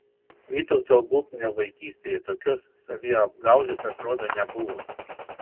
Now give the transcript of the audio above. vytauto bubnio vaikystėje tokios saviapgaulės atrodo nebuvo